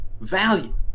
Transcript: value